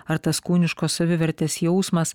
ar tas kūniškos savivertės jausmas